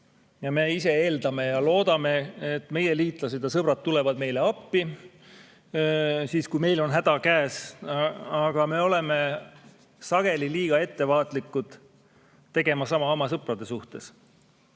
jääda. Me eeldame ja loodame, et meie liitlased ja sõbrad tulevad meile appi, kui meil on häda käes. Aga me oleme sageli liiga ettevaatlikud tegema sama oma sõprade jaoks.